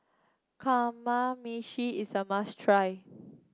Kamameshi is a must try